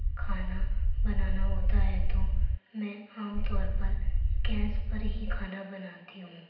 کھانا بنانا ہوتا ہے تو میں عام طور پر گیس پر ہی کھانا بناتی ہوں